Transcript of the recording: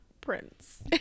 Prince